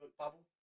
bubble